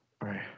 right